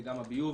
וגם הביוב